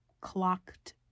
clocked